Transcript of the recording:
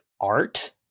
art